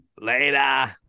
Later